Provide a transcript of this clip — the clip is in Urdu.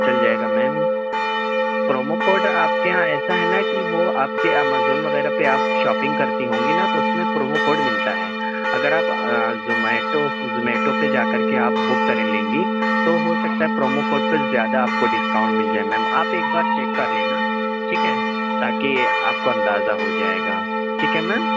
چل جائے گا میم پرومو کوڈ آپ کے یہاں ایسا ہے نا کہ وہ آپ کے امیزون وغیرہ پہ آپ شاپنگ کرتی ہوں گی نا تو اُس میں پرومو کوڈ ملتا ہے اگر آپ زومیٹو زمیٹو پہ جا کر کے آپ بک کر لیں گی تو ہو سکتا ہے پرومو کوڈ پر زیادہ آپ کو ڈسکاؤنٹ مِل جائے میم آپ ایک بار چیک کر لینا ٹھیک ہے تا کہ آپ کو اندازہ ہو جائے گا ٹھیک ہے میم